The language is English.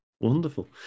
wonderful